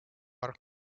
are